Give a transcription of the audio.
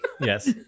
Yes